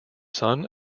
son